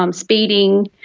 um speeding.